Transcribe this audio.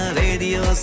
radio